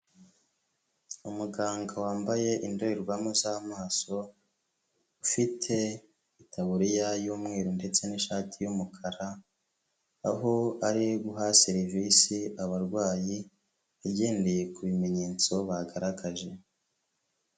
Umuganga wambaye indererwamu z'amaso ufite itaburiya y'umweru ndetse n'ishati y'umukara, aho ari guha serivisi abarwayi agendeye ku bimenyetso bagaragaje.